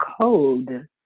code